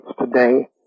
today